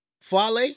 Fale